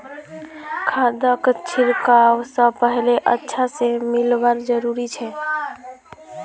खादक छिड़कवा स पहले अच्छा स मिलव्वा जरूरी छ